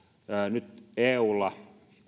nyt eulla